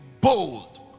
bold